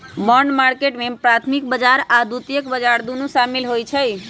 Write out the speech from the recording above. bond market में प्राथमिक बजार आऽ द्वितीयक बजार दुन्नो सामिल होइ छइ